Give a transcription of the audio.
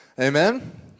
Amen